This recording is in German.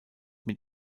mit